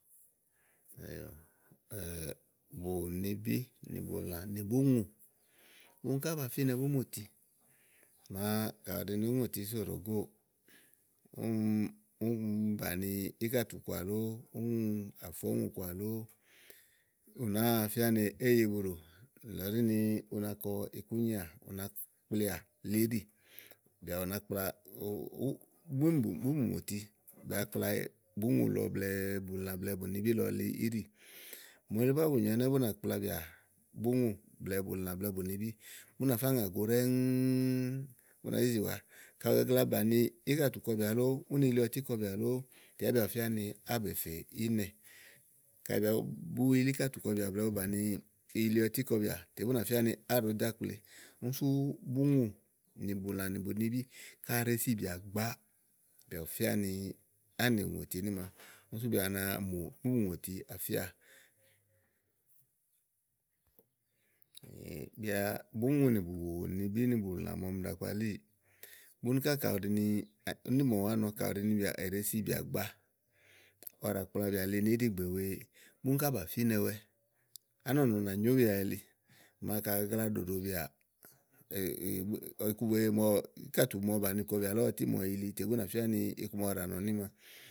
bùnibì nì bùlà nì bùŋù, búni ká ba fínɛ úŋòti màa ka ù ɖi ni úŋòti ìí so ɖòo góò úni úni bàni íkàtù kɔà lóó úni àfɛ ɔ̀ŋù kɔà lóó, ù nàáa fía ni éyi bu ɖò, nìlɔ ɖí ni u na kɔ ikúnyià, u nakpliàli íɖì bìà bu nakpla bún, bù búŋù mòti ba búŋu lɔ blɛ̀ɛ bù là blɛ̀ɛ bùnibi lɔ li íɖì mòole búá bù nyo ɛnɛ bú nà kplabìà búŋù blɛ̀ɛ bùlà blɛ̀ɛ bùnibì, bú nà fá ŋàgo ɖɛ̀ɛ ŋù bú nàá zi zìzì wà. Ka ù gagla bàni íkàtù kɔbìà lóó úni yili ɔtì kɔbìà lóó lè yá bìà bù fía ni áwá bèe fè ínɛ kayi bìà bu yili íkàtù kɔbìà blɛ̀ɛ bu gagla bàni yili ɔtì kɔbìà tè yá bù fía ni áwa ɖòó do ákple, úni sú bùŋù nì bùlã nì bùnibíì kaɖi è ɖèe sibìà gbàa, bìà bù fía ni ánùŋòti ní ma úni sú bìà na ya múùŋòt afíà bìàá bùŋù nì bùnibí nì bùlà màa ɔmi ɖàa kpalí búnì ka ù ɖi ni úni ɖi màa ɔmi wá nɔ ka ù ɖi ni èɖèe sibìà gbàa ɔwɔ ɖàa kplabìà linì íɖì ìgbè wèe búni ká bà fínɛwɛ ánɔ̀nɔ̀ nà nyobìà elí màa ka à gagla ɖòɖò bìà iku wèe ɔwɔ, íkàtù wèe màa ɔwɔ bàni kɔbìà lóó ɔtì màa ɔwɔ yili tè bú nà fía ni iku màa ɔwɔ ɖaà nɔ níma.